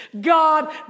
God